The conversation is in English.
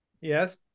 Yes